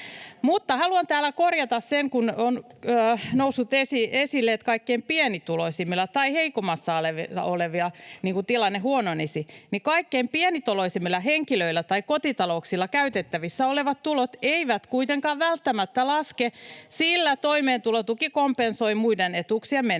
täällä korjata sen, kun on noussut esille, että kaikkein pienituloisimmilla tai heikoimmassa asemassa olevilla tilanne huononisi: Kaikkein pienituloisimmilla henkilöillä tai kotitalouksilla käytettävissä olevat tulot eivät kuitenkaan välttämättä laske, sillä toimeentulotuki kompensoi muiden etuuksien menetystä.